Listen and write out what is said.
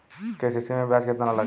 KCC में ब्याज कितना लागेला?